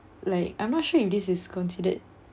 like I'm not sure if this is considered